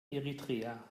eritrea